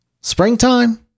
springtime